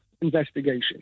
investigation